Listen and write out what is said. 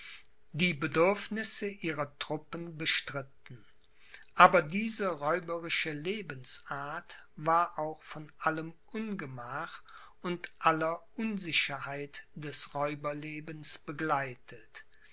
die bedürfnisse ihrer truppen bestritten aber diese räuberische lebensart war auch von allem ungemach und aller unsicherheit des räuberlebens begleitet